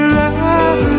love